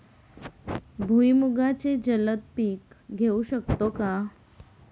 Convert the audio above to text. भुईमुगाचे जलद पीक घेऊ शकतो का?